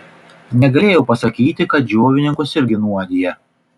negalėjau pasakyti kad džiovininkus irgi nuodija